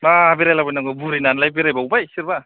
मा बेरायला बायनांगौ बुरिनानैलाय बेरायबावबाय सोरबा